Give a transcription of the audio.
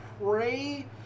pray